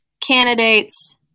candidates